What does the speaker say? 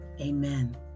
Amen